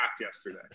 yesterday